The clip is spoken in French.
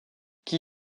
qui